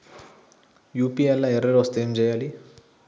UPI లా error వస్తే ఏం చేయాలి?